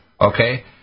Okay